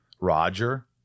Roger